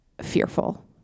fearful